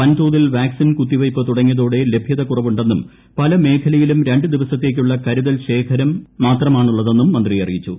വൻതോതിൽ വാക്സിൻ കുത്തിവയ്പ്പ് തുടങ്ങിയതോടെ ലഭ്യതക്കുറവുണ്ടെന്നും പല മേഖലയിലും രണ്ട് ദിവസത്തേക്കുള്ള കരുതൽ ശേഖരം മാത്രമാണുള്ളതെന്നും മന്ത്രി അറിയിച്ചു